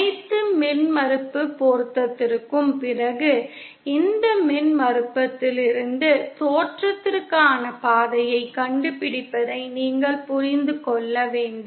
அனைத்து மின்மறுப்பு பொருத்தத்திற்கும் பிறகு இந்த மின்மறுப்பிலிருந்து தோற்றத்திற்கான பாதையை கண்டுபிடிப்பதை நீங்கள் புரிந்து கொள்ள வேண்டும்